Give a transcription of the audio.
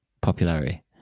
popularity